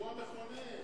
אירוע מכונן.